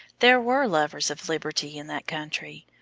there were lovers of liberty in that country,